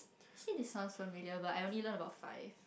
she this sound familiar but I only learn about five